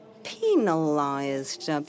penalized